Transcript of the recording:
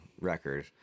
record